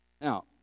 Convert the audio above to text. Now